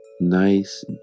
nice